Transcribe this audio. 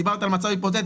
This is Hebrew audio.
דיברת על מצב היפותטי,